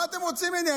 מה אתם רוצים ממני?